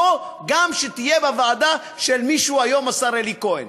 גם זו שתהיה בוועדה של מי שהוא היום השר אלי כהן.